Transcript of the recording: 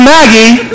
Maggie